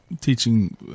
teaching